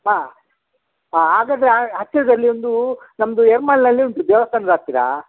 ಹಾಂ ಹಾಂ ಹಾಗಾದರೆ ಹತ್ತಿರದಲ್ಲಿ ಒಂದು ನಮ್ದು ಉಂಟು ದೇವ್ಸ್ಥಾನ್ದ ಹತ್ತಿರ